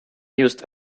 used